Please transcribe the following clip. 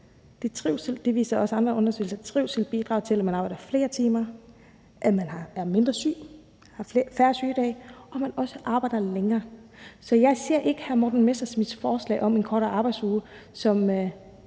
det viser også andre undersøgelser – at man arbejder flere timer, at man er mindre syg og har færre sygedage, og at man også arbejder længere. Så jeg ser ikke hr. Morten Messerschmidts forslag om en kortere arbejdsuge